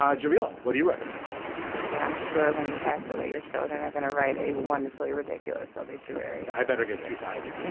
um jamila what do you recommend that i'm sure of when you pass away your children are going to write a wonderfully ridiculous obituary i better get two thousand